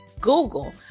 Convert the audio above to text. Google